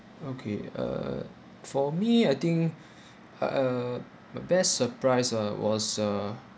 okay uh for me I think uh the best surprise uh was uh